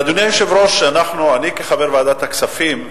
אדוני היושב-ראש, אני כחבר ועדת הכספים,